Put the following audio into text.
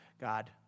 God